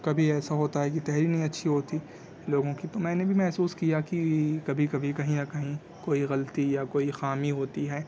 کبھی ایسا ہوتا کہ تحریر نہیں اچھی ہوتی لوگوں کی تو میں نے بھی محسوس کیا کہ کبھی کبھی کہیں نہ کہیں کوئی غلطی یا خامی ہوتی ہے